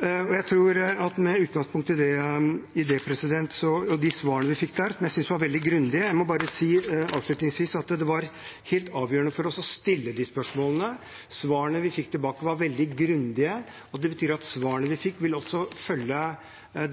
Jeg vil bare avslutningsvis si at det var helt avgjørende for oss å stille de spørsmålene. Svarene vi fikk, var veldig grundige og vil også følge